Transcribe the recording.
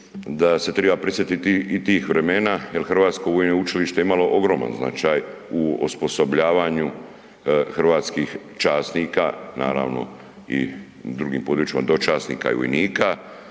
da se triba prisjetiti i tih vremena jer Hrvatsko vojno učilište je imalo ogroman značaj u osposobljavanju hrvatskih časnika, naravno i u drugim područjima, dočasnika i vojnika